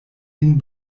lin